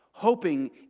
Hoping